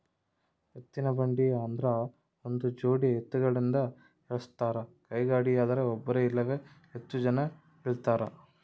ಎತ್ತಿನಬಂಡಿ ಆದ್ರ ಒಂದುಜೋಡಿ ಎತ್ತುಗಳಿಂದ ಎಳಸ್ತಾರ ಕೈಗಾಡಿಯದ್ರೆ ಒಬ್ರು ಇಲ್ಲವೇ ಹೆಚ್ಚು ಜನ ಎಳೀತಾರ